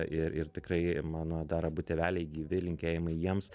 ir ir tikrai mano dar abu tėveliai gyvi linkėjimai jiems